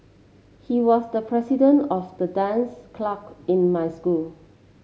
he was the president of the dance clack in my school